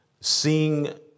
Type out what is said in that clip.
seeing